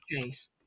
case